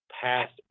past